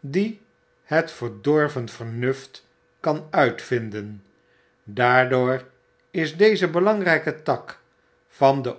dien het verdorven vernuft kan uitvinden daardoor is deze belangryke tak van den